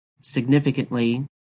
significantly